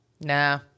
Nah